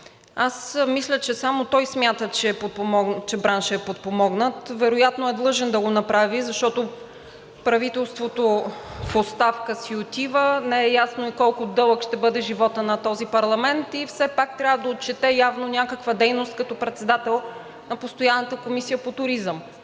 Аз мисля, че само той смята, че браншът е подпомогнат. Вероятно е длъжен да го направи, защото правителството в оставка си отива, не е ясно колко дълъг ще бъде животът на този парламент и все пак трябва да отчете явно някаква дейност като председател на постоянната Комисия по туризъм.